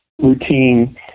routine